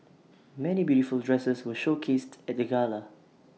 many beautiful dresses were showcased at the gala